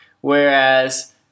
Whereas